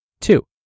Two